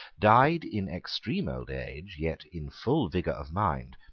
died in extreme old age yet in full vigour of mind,